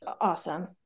Awesome